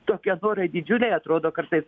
tokie norai didžiuliai atrodo kartais